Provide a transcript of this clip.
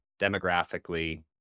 demographically